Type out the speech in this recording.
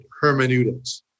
hermeneutics